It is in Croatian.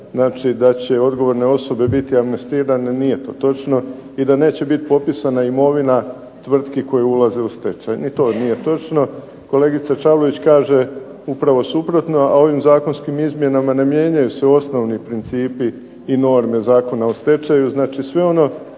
da će odgovorne osobe biti amnestirane nije točno i da neće biti popisana imovina tvrtki koje ulaze u stečaj. Ni to nije točno. Kolegica Čavlović kaže upravo suprotno, a ovim zakonskim izmjenama ne mijenjaju se osnovni principi i norme Zakona o stečaju. Znači, sve ono